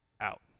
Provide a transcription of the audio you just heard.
out